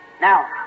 Now